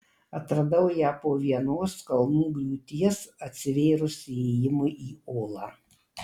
atradau ją po vienos kalnų griūties atsivėrus įėjimui į olą